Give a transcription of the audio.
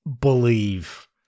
believe